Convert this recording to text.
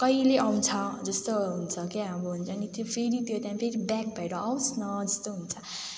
कहिले आउँछ जस्तो हुन्छ क्या अब हुन्छ नि त्यो फेरि त्यो टाइम फेरि ब्याक भएर आवोस् न जस्तो हुन्छ